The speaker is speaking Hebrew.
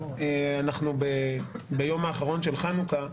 אנחנו ביום האחרון של חנוכה,